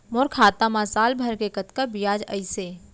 मोर खाता मा साल भर के कतका बियाज अइसे?